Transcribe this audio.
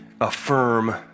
affirm